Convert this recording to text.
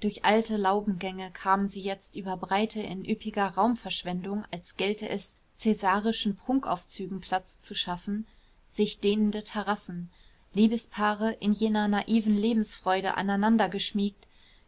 durch alte laubengänge kamen sie jetzt über breite in üppiger raumverschwendung als gelte es cäsarischen prunkaufzügen platz zu schaffen sich dehnende terrassen liebespaare in jener naiven lebensfreude aneinandergeschmiegt